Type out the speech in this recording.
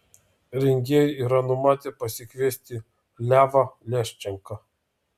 rengėjai yra numatę pasikviesti levą leščenką